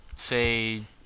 Say